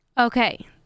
Okay